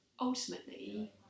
ultimately